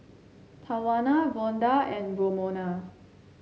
Tawana Vonda and Romona